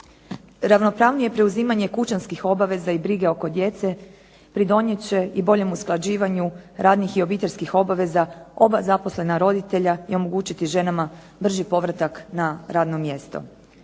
Ravnopravnije preuzimanje kućanskih obaveza i brige oko djece pridonijet će i boljem usklađivanju radnih i obiteljskih obaveza oba zaposlena roditelja i omogućiti ženama brži povratak na radno mjesto.